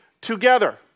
together